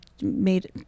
made